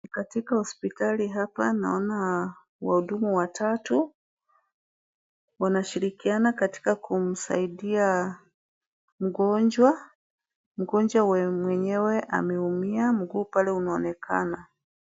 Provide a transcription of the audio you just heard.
Katika hospitali hapa naona wahudumu watatu. Wanashirikiana katika kumsaidia mgonjwa. Mgonjwa mwenyewe ameumia mguu pale unaonekana.